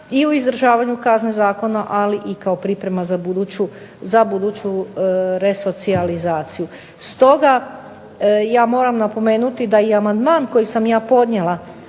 i u izvršavanju kazne zakona, ali i kao priprema za buduću resocijalizaciju. Stoga, ja moram napomenuti da i amandman koji sam ja podnijela,a